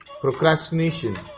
Procrastination